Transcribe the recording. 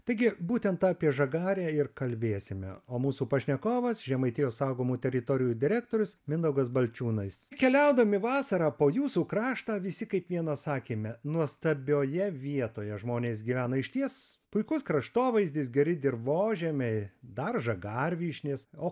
taigi būtent apie žagarę ir kalbėsime o mūsų pašnekovas žemaitijos saugomų teritorijų direktorius mindaugas balčiūnas keliaudami vasarą po jūsų kraštą visi kaip vienas sakėme nuostabioje vietoje žmonės gyvena išties puikus kraštovaizdis geri dirvožemiai dar žagarvyšnės o